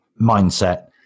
mindset